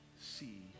see